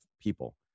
people